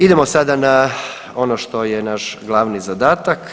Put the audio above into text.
Idemo sada na ono što je naš glavni zadatak.